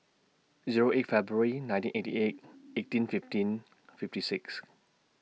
Zero eight February nineteen eighty eight eighteen fifteen fifty six